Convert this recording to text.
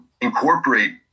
incorporate